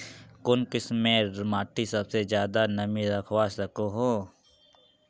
कुन किस्मेर माटी सबसे ज्यादा नमी रखवा सको हो?